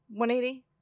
180